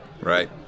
Right